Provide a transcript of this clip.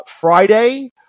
Friday